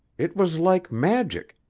it was like magic,